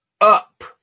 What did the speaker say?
up